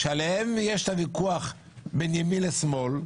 שעליהם יש הוויכוח בין ימין לשמאל,